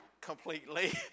completely